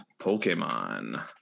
pokemon